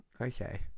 Okay